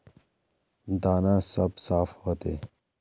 दाना सब साफ होते?